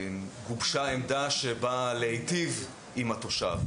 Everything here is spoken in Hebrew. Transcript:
גובשה עמדה שבאה להיטיב עם התושב.